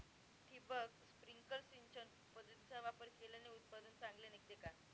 ठिबक, स्प्रिंकल सिंचन पद्धतीचा वापर केल्याने उत्पादन चांगले निघते का?